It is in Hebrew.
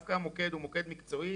דווקא המוקד הוא מוקד מקצועי